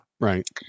Right